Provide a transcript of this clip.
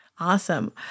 Awesome